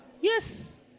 Yes